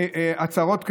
והצהרות כאלה,